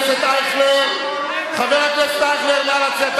שלנו, כשהם יורים עלינו את